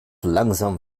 langsam